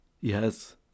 Yes